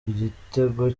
igitego